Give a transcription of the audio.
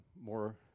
more